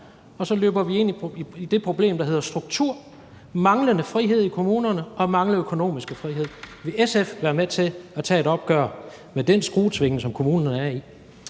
og så løber vi hver gang ind i det problem, der handler om struktur, manglende frihed i kommunerne og manglende økonomisk frihed. Vil SF være med til at tage et opgør med den skruetvinge, som kommunerne er i?